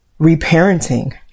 reparenting